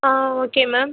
ah okay ma'am